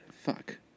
fuck